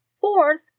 Fourth